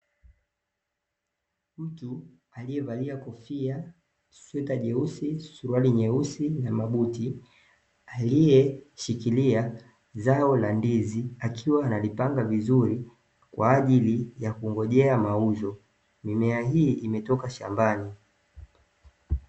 Mtu aliyevalia kofia sweta jeusi suruali nyeusi na mabuti, aliyeshikilia zao la ndizi akiwa analipanga vizuri kwa ajili ya kungojea mauzo, mimea hii imetoka shambani.